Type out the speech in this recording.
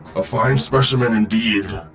a fine specimen indeed.